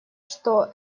что